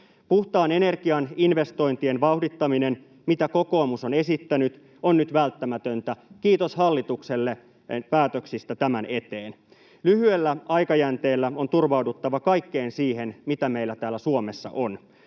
Puhtaan energian investointien vauhdittaminen, mitä kokoomus on esittänyt, on nyt välttämätöntä. Kiitos hallitukselle päätöksistä tämän eteen. Lyhyellä aikajänteellä on turvauduttava kaikkeen siihen, mitä meillä täällä Suomessa on.